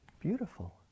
Beautiful